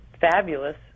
fabulous